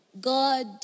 God